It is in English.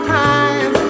time